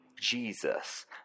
jesus